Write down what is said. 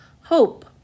hope